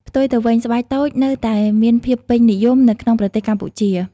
ផ្ទុយទៅវិញ ស្បែកតូចនៅតែមានភាពពេញនិយមនៅក្នុងប្រទេសកម្ពុជា។